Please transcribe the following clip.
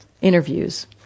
interviews